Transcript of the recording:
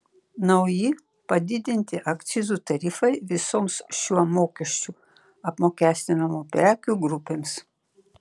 nauji padidinti akcizų tarifai visoms šiuo mokesčiu apmokestinamų prekių grupėms